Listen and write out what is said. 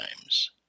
times